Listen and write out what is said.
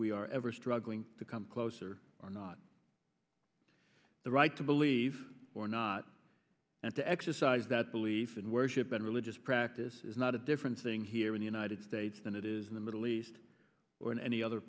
we are ever struggling to come closer are not the right to believe or not and to exercise that belief and worship but religious practice is not a different thing here in the united states than it is in the middle east or in any other